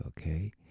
okay